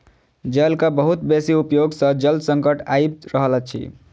जलक बहुत बेसी उपयोग सॅ जल संकट आइब रहल अछि